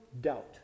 doubt